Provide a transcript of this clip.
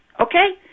Okay